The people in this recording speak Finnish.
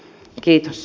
kiitos